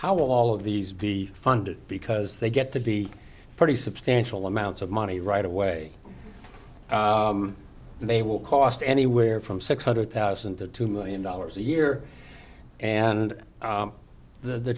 how will all of these be funded because they get to be pretty substantial amounts of money right away and they will cost anywhere from six hundred thousand to two million dollars a year and